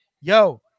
Yo